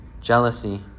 jealousy